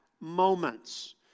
moments